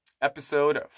episode